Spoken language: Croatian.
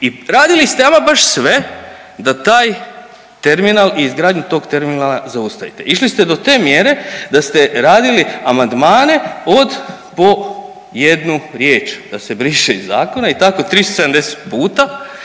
i radili ste ama baš sve da taj terminal i izgradnju tog terminala zaostajete. Išli ste do te mjere da ste radili amandmane od po jednu riječ da se briše iz zakona i tako 370 puta